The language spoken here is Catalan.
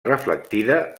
reflectida